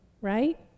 right